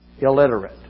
illiterate